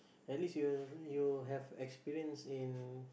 at least you you have experience in